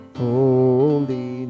holy